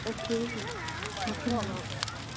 okay okay ma'am